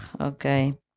Okay